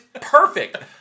perfect